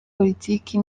politiki